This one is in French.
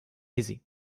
aisée